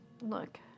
look